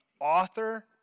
author